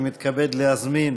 אני מתכבד להזמין